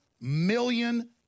million